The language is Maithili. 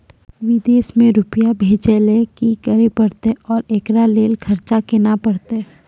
विदेश मे रुपिया भेजैय लेल कि करे परतै और एकरा लेल खर्च केना परतै?